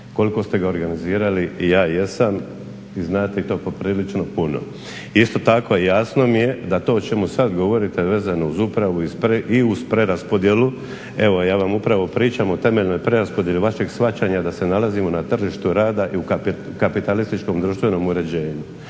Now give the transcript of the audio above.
Koliko ste ga organizirali ja jesam i znate i to poprilično puno. Isto tako jasno mi je da to o čemu sad govorite vezano uz upravu i uz preraspodjelu, evo ja vam upravo pričam o temeljnoj preraspodjeli vašeg shvaćanja da se nalazimo na tržištu rada i u kapitalističkom društvenom uređenju.